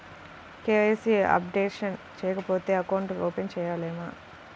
KYC updation చేయకపోతే account open చేయలేమా?